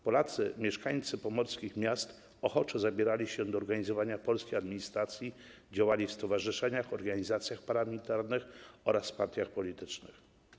Polacy, którzy byli mieszkańcami pomorskich miast, ochoczo zabierali się do organizowania polskiej administracji, działali w stowarzyszeniach, organizacjach paramilitarnych oraz partiach politycznych.